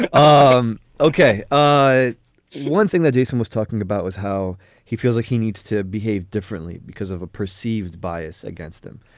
and um ok. one thing that jason was talking about was how he feels like he needs to behave differently because of a perceived bias against him.